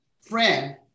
friend